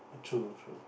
true true